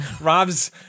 Rob's